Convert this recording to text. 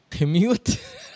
mute